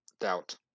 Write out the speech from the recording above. doubt